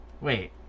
Wait